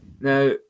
Now